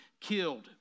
killed